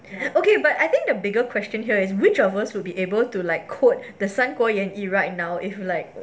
okay but I think the bigger question here is which of us will be able to like code the 三国演义 right now if like